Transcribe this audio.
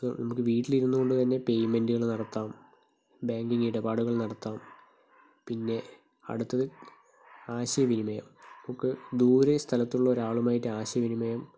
ഇപ്പോൾ നമുക്ക് വീട്ടിലിരുന്നുകൊണ്ടുതന്നെ പേയ്മെൻ്റ്കൾ നടത്താം ബാങ്കിങ്ങ് ഇടപാടുകൾ നടത്താം പിന്നെ അടുത്തത് ആശയ വിനിമയം നമുക്ക് ദൂരെ സ്ഥലത്തുള്ള ഒരാളുമായിട്ട് ആശയ വിനിമയം